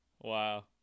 Wow